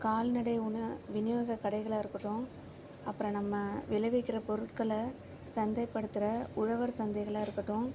கால்நடை விநியோகக் கடைகளாக இருக்கட்டும் அப்புறம் நம்ம விளைவிக்கிற பொருட்களை சந்தைப்படுத்துகிற உழவர் சந்தைகளாக இருக்கட்டும்